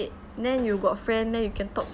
hmm !wah! so hardworking ah